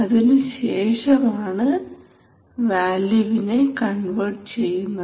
അതിനുശേഷമാണ് വാല്യൂവിനെ കൺവേർട്ട് ചെയ്യുന്നത്